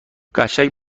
قشنگ